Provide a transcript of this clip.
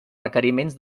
requeriments